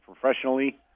professionally